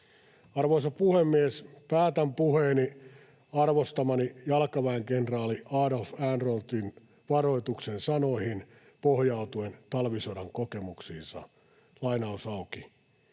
Arvoisa puhemies! Päätän puheeni arvostamani jalkaväenkenraali Adolf Ehrnroothin varoituksen sanoihin pohjautuen talvisodan kokemuksiinsa: ”Ei koskaan